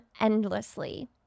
endlessly